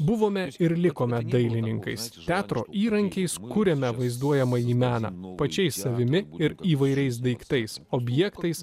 buvome ir likome dailininkais teatro įrankiais kuriame vaizduojamąjį meną pačiais savimi ir įvairiais daiktais objektais